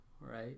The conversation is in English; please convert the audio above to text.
right